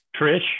Trish